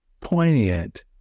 poignant